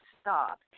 stop